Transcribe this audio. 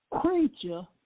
Creature